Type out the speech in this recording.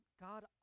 God